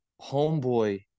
Homeboy